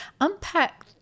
Unpack